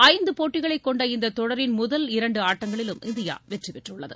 ஐந்து போட்டிகளைக் கொண்ட இந்த தொடரின் முதல் இரண்டு ஆட்டங்களிலும் இந்தியா வெற்றி பெற்றுள்ளது